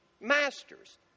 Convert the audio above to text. masters